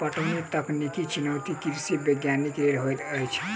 पटौनीक तकनीकी चुनौती कृषि वैज्ञानिक लेल होइत अछि